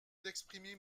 d’exprimer